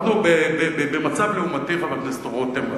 אנחנו במצב לעומתי, חבר הכנסת רותם.